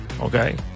Okay